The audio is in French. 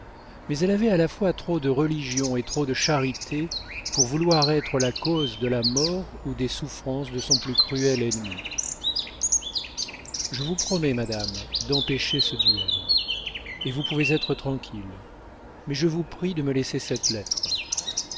mais elle avait à la fois trop de religion et trop de charité pour vouloir être la cause de la mort ou des souffrances de son plus cruel ennemi je vous promets madame d'empêcher ce duel et vous pouvez être tranquille mais je vous prie de me laisser cette lettre